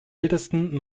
ältesten